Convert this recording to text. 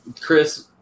Chris